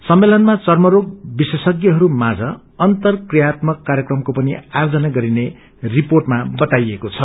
सम्मेलनमा चर्मरोग विशेषज्ञहरू माझ अर्न्तक्रियात्मक कार्यक्रमको पनि आयोजन गरिने रिपोटमा बताइएको छ